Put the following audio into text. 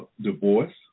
divorce